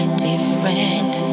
different